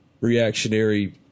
reactionary